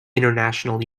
international